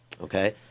Okay